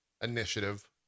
initiative